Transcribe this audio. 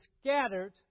scattered